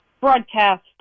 broadcast